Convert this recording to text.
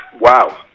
Wow